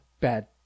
bad